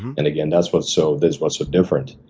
and again, that's what so that's what's so different.